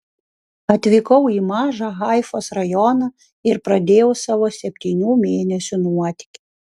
atvykau į mažą haifos rajoną ir pradėjau savo septynių mėnesių nuotykį